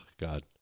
God